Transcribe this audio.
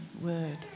word